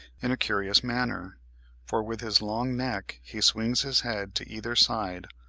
in a curious manner for, with his long neck, he swings his head to either side,